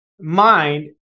mind